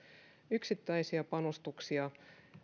yksittäisiä panostuksia